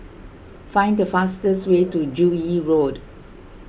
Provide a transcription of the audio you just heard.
find the fastest way to Joo Yee Road